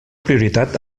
prioritat